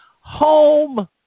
home